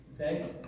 Okay